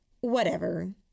Whatever